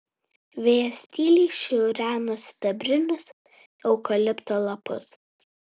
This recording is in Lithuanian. vėjas tyliai šiureno sidabrinius eukalipto lapus